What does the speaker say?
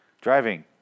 Driving